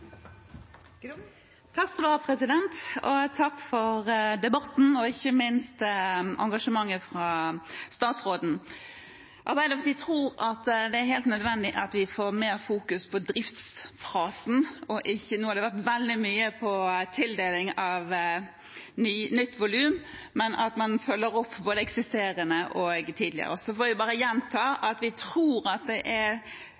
Takk for debatten og ikke minst for engasjementet fra statsråden. Arbeiderpartiet tror at det er helt nødvendig at vi fokuserer mer på driftsfasen, og ikke gjør som nå, hvor det har handlet veldig mye om tildeling av nytt volum. Man må følge opp både det eksisterende og det tidligere. Og så får jeg bare gjenta at vi tror det er